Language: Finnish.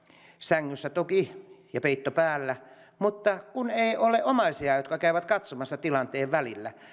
sängyssä toki ja peitto päällä kun ei ole omaisia jotka käyvät katsomassa tilanteen välillä